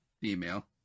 Female